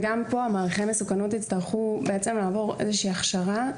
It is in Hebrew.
גם פה מעריכי מסוכנות יצטרכו בעצם לעבור איזושהי הכשרה,